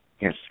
Yes